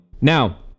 Now